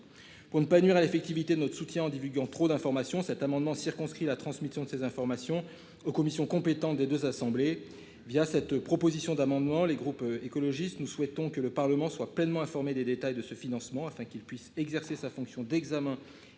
pour ne pas nuire à l'effectivité notre soutien en divulguant trop d'informations, cet amendement circonscrit la transmission de ces informations aux commissions compétentes des 2 assemblées via cette proposition d'amendement les groupes écologistes, nous souhaitons que le Parlement soit pleinement informé des détails de ce financement afin qu'il puisse exercer sa fonction d'examens